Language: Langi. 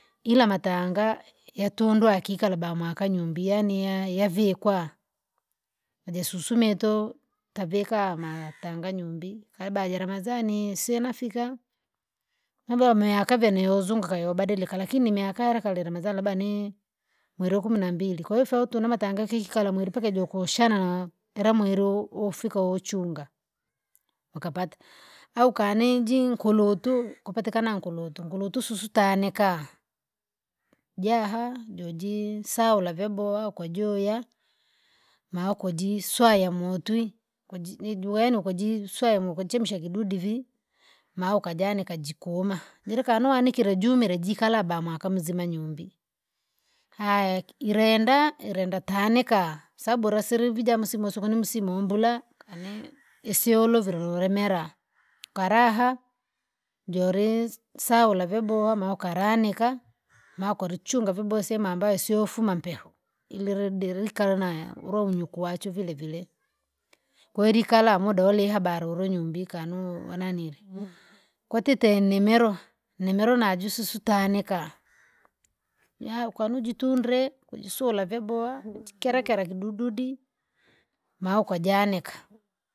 Ila matanga yatundwa kikala ba mwakanyumbi yaani ya- yaviekwa, aje susumeto tavika matanga nyumbii kaiba ja ramadhani isinafika, mambo yame yakavene youzunguka yobadilika lakini imiakaleka reramadhani labda nii, mweri wa kumi na mbili kwahiyo ufaa utune matanga kiki kala mweri mpaka jokushana na ila mweri wo- wofika uchunga, ukapta. Au kaniji nkulutu kwapatikana nkulutu! Nkulutu sus taanika, jaha jojii saula vyabowa ukajuya, maa ukujiswaya motwi, kuji nijuwene ukujiswaya mo ukachemsha kidudi vii, maa ukajanika jikuma? Jirikanuanikire jumire jikalaba mwaka muzima nyumbii. Haya iki- irenda? Irenda tanika, sabu laserevi jamusimu suku ni msimu umbura? kane isyolovira nuremera, ukaraha, jori saura vyabowa ma ukalanika! Ma ukarichunga vyabowa sehemu ambayo sioufuma mpiya, ilerodirika karanae ulwaunyuku wachwe vilevile, kweri ikara muda urihaba ruru nyumbii ikanuu wananile. Kwatite nimelwa, nimelwa najisusu taanika, ya- ukanujitundre kujisula vyabowa, kirakera kidududi, maaa ukajanika.